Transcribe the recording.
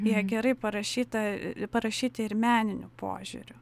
jie gerai parašyta parašyti ir meniniu požiūriu